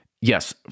yes